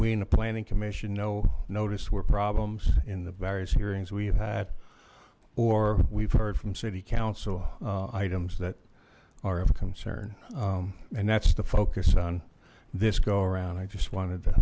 we in the planning commission no notice were problems in the various hearings we have had or we've heard from city council items that are of concern and that's the focus on this go around i just wanted to